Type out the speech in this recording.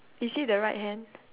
is it the right hand